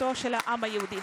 העם היהודי.